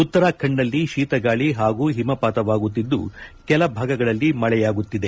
ಉತ್ತರತಖಂಡ್ನಲ್ಲಿ ತೀತಗಾಳಿ ಹಾಗೂ ಹಿಮಪಾತವಾಗಿದ್ದು ಕೆಲಭಾಗಗಳಲ್ಲಿ ಮಳೆಯಾಗುತ್ತಿದೆ